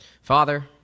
Father